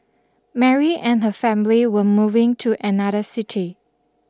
Mary and her family were moving to another city